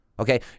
Okay